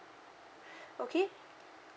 okay